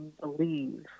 believe